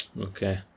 Okay